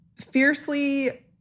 fiercely